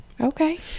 Okay